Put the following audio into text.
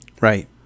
Right